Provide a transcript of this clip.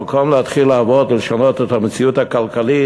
במקום להתחיל לעבוד ולשנות את המציאות הכלכלית,